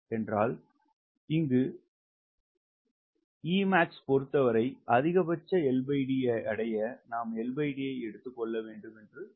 எனவே E max பொறுத்தவரை அதிகபட்ச LD அடைய நாம் L D ஐ எடுத்து கொள்ள வேண்டும் என்று சொல்கிறது